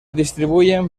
distribuyen